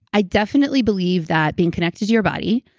i definitely believe that being connected to your body,